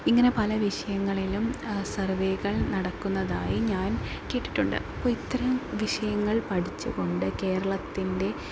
ഇങ്ങനെ പല വിഷയങ്ങളിലും സർവ്വേകൾ നടക്കുന്നതായി ഞാൻ കേട്ടിട്ടുണ്ട് അപ്പം ഇത്രയും വിഷയങ്ങൾ പഠിച്ച് കൊണ്ട് കേരളത്തിൻ്റെ